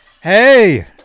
Hey